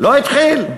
לא התחיל.